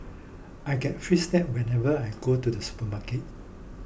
I get free snacks whenever I go to the supermarket